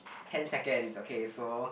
ten seconds okay so